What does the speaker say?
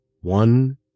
one